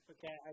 Okay